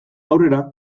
aurrera